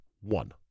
one